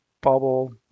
bubble